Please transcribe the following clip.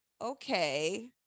okay